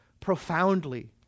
profoundly